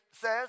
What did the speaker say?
says